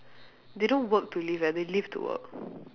they don't work to live eh they live to work